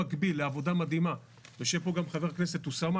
במקביל לעבודה מדהימה יושב פה גם חבר הכנסת אוסאמה,